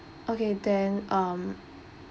okay then um